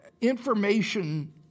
information